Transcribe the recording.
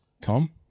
Tom